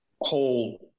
whole